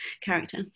character